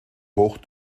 hoch